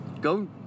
Go